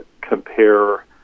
compare